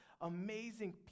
amazing